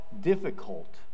difficult